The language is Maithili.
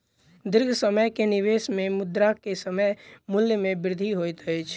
दीर्घ समय के निवेश में मुद्रा के समय मूल्य में वृद्धि होइत अछि